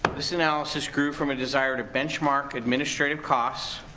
this analysis grew from a desire to benchmark administrative costs,